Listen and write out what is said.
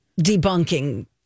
debunking